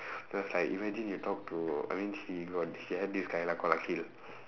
cause like imagine you talk to I mean she got she had this guy lah called akhil